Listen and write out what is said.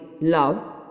love